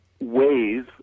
ways